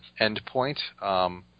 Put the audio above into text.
endpoint